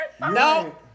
No